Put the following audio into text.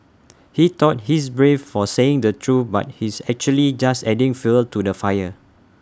he thought he's brave for saying the truth but he's actually just adding fuel to the fire